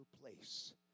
place